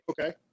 Okay